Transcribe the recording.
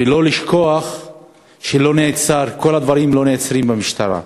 ולא לשכוח שכל הדברים לא נעצרים במשטרה.